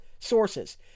Sources